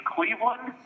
Cleveland